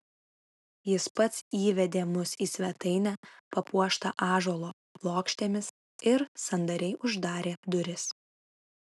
jis pats įvedė mus į svetainę papuoštą ąžuolo plokštėmis ir sandariai uždarė duris